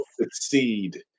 succeed